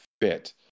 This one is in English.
fit